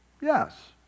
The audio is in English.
Yes